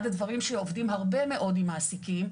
אחד הדברים שעובדים הרבה מאוד עם מעסיקים,